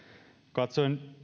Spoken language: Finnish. katsoen